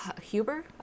Huber